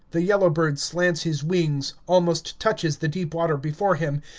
the yellow-bird slants his wings, almost touches the deep water before him,